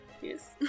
Yes